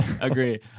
Agree